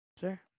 Sir